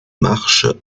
marche